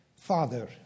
father